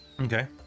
Okay